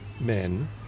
men